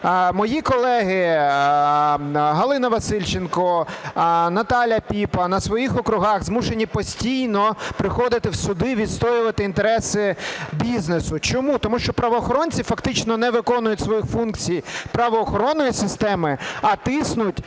Мої колеги – Галина Васильченко, Наталя Піпа – на своїх округах змушені постійно приходити в суди, відстоювати інтереси бізнесу. Чому? Тому що правоохоронці фактично не виконують свої функції правоохоронної системи, а тиснуть